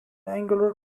angular